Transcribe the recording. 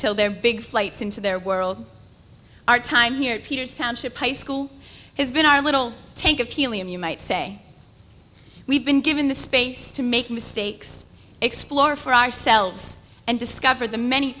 until their big flights into their world our time here peters sound ship high school has been our little tank of helium you might say we've been given the space to make mistakes explore for ourselves and discover the many